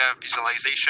visualization